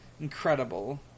incredible